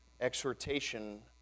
exhortation